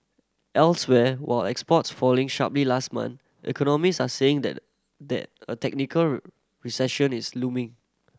elsewhere were exports falling sharply last month economist are saying that the a technical recession is looming